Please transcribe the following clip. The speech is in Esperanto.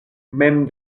mem